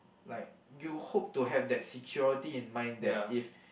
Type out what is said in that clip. like you hope to have that security in mind that if